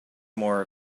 more